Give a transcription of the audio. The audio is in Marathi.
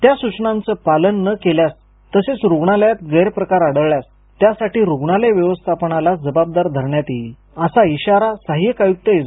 त्या सूचनांचा पालन न केल्यास तसेच रुग्णालयात गैरप्रकार आढळल्यास त्यासाठी रुग्णालय व्यवस्थापनाला जबाबदार धरण्यात येईल असा इशारा एफडीएचे सहआयुक्त एस